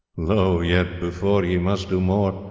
lo! yet, before, ye must do more,